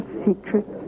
secret